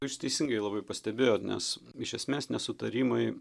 jūs teisingai labai pastebėjot nes iš esmės nesutarimai